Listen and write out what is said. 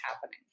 happening